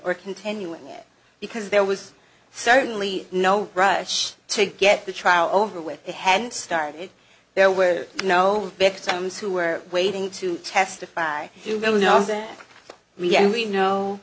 or continuing it because there was certainly no rush to get the trial over with it had started there were no victims who were waiting to testify who really know me and we know